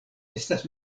estas